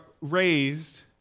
raised